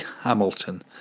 Hamilton